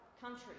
country